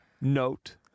note